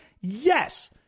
Yes